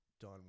done